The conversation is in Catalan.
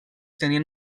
tenien